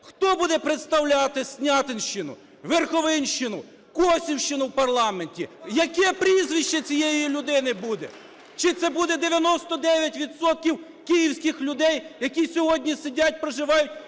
хто буде представляти Снятинщину, Верховинщину, Косівщину в парламенті, яке прізвище цієї людини буде? Чи це буде 99 відсотків київських людей, які сьогодні сидять, проживають,